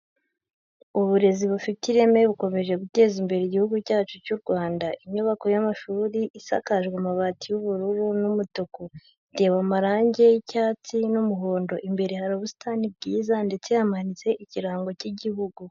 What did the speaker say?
Uburezi bufite ireme bukomeje guteza imbere igihugu cyacu cy'u Rwanda, inyubako y'amashuri isakajwe amabati y'ubururu n'umutuku, itewe amarangi y'icyatsi n'umuhondo, imbere hari ubusitani bwiza ndetse hamanitse ikirango cy'Igihugu.